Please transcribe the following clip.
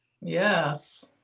Yes